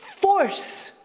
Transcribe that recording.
force